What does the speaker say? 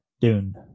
Dune